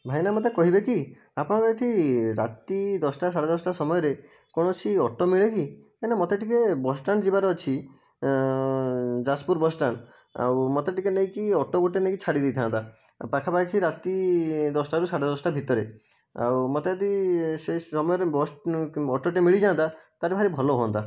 ଭାଇନା ମୋତେ କହିବେ କି ଆପଣଙ୍କ ଏଠି ରାତି ଦଶଟା ସାଢ଼େ ଦଶଟା ସମୟରେ କୌଣସି ଅଟୋ ମିଳେ କି କାହିଁନା ମୋତେ ଟିକେ ବସ୍ଷ୍ଟାଣ୍ଡ ଯିବାର ଅଛି ଯାଜପୁର ବସ୍ଷ୍ଟାଣ୍ଡ ଆଉ ମୋତେ ଟିକେ ନେଇକି ଅଟୋ ଗୋଟିଏ ନେଇକି ଛାଡ଼ି ଦେଇଥାନ୍ତା ପାଖାପାଖି ରାତି ଦଶଟାରୁ ସାଢ଼େ ଦଶଟା ଭିତରେ ଆଉ ମୋତେ ଯଦି ସେହି ସମୟରେ ବସ୍ ଅଟୋଟେ ମିଳିଯାଆନ୍ତା ତାହେଲେ ଭାରି ଭଲ ହୁଅନ୍ତା